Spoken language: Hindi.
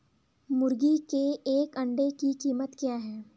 मुर्गी के एक अंडे की कीमत क्या है?